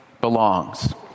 belongs